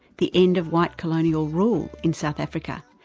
the end of white colonial rule in south africa,